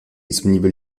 disponible